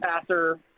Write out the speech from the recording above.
passer